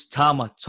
Thomas